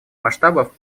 масштабов